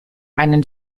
einen